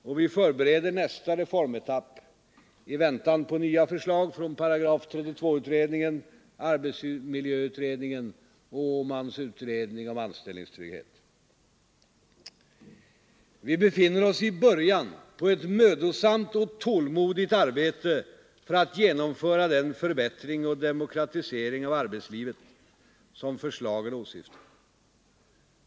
Och vi förbereder nästa reformetapp i väntan på nya förslag från utredningen om § 32, arbetsmiljöutredningen och den Åmanska utredningen om anställningstrygghet. Vi befinner oss i början på ett mödosamt och tålmodigt arbete för att genomföra den förbättring och demokratisering av arbetslivet som förslagen åsyftar.